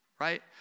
right